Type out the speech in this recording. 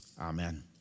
Amen